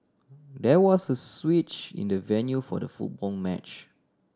there was a switch in the venue for the football match